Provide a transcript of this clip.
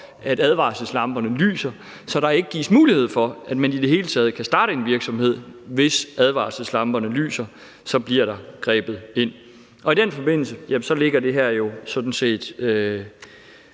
at advarselslamperne lyser, så der ikke gives mulighed for, at man i det hele taget kan starte en virksomhed. Hvis advarselslamperne lyser, bliver der grebet ind. I den forbindelse ligger det her jo sådan set og